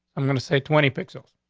i'm going to say twenty pixels.